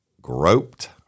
groped